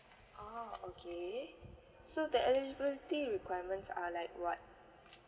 oh okay so the eligibility requirements are like what